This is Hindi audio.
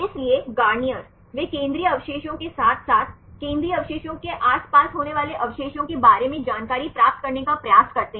इसलिए गार्नियर वे केंद्रीय अवशेषों के साथ साथ केंद्रीय अवशेषों के आस पास होने वाले अवशेषों के बारे में जानकारी प्राप्त करने का प्रयास करते हैं